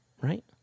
Right